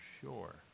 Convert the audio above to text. sure